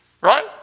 right